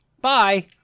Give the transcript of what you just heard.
Bye